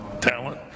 talent